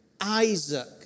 Isaac